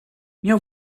miał